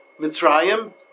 Mitzrayim